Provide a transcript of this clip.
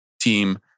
team